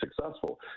successful